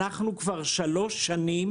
אנחנו כבר שלוש שנים,